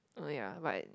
oh ya but it